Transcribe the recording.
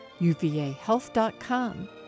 UVAHealth.com